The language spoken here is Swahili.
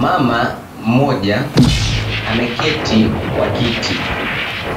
Mama mmoja ameketi kwa kiti